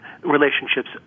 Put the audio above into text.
relationships